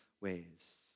ways